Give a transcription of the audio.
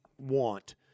want